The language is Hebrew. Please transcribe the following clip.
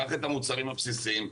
קח את המוצרים הבסיסיים,